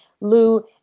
Lou